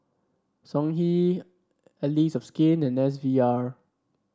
Songhe Allies of Skin and S V R